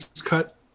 cut